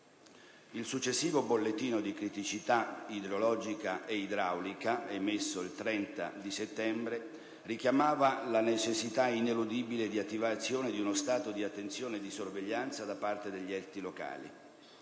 Il successivo bollettino di criticità idrogeologica e idraulica, emesso il 30 settembre, richiamava la necessità ineludibile di attivazione di uno stato di attenzione e sorveglianza da parte degli enti locali.